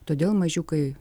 todėl mažiukai